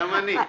גם אני.